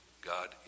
God